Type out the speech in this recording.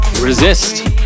resist